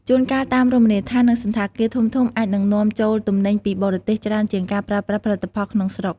ជួនកាលតាម រមណីយដ្ឋាន និងសណ្ឋាគារធំៗអាចនឹងនាំចូលទំនិញពីបរទេសច្រើនជាងការប្រើប្រាស់ផលិតផលក្នុងស្រុក។